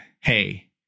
hey